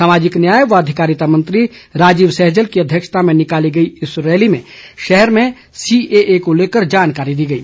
सामाजिक न्याय व अधिकारिता मंत्री राजीव सहजल की अध्यक्षता में निकाली गई रैली में शहर में सीएए को लेकर जानकारी दी गई